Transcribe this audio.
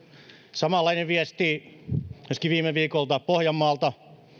samanlainen viesti myöskin viime viikolta pohjanmaalta